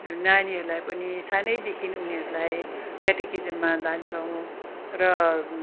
नानीहरूलाई पनि सानैदेखि उनीहरूलाई क्याटाटिजममा लान्छौँ र